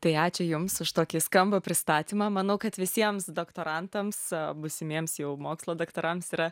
tai ačiū jums už tokį skambų pristatymą manau kad visiems doktorantams būsimiems jau mokslo daktarams yra